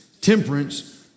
temperance